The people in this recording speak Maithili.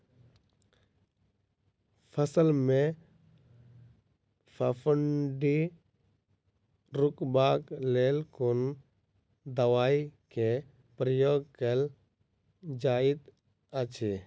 फसल मे फफूंदी रुकबाक लेल कुन दवाई केँ प्रयोग कैल जाइत अछि?